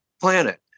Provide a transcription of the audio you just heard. planet